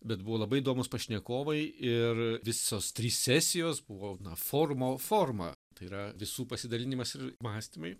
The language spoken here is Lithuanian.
bet buvo labai įdomūs pašnekovai ir visos trys sesijos buvo na forumo forma tai yra visų pasidalinimas ir mąstymai